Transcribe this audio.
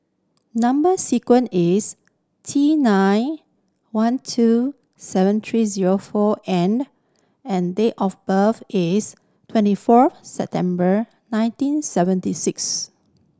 number sequence is T nine one two seven three zero four N and date of birth is twenty four September nineteen seventy six